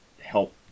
help